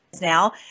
now